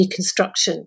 deconstruction